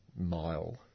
mile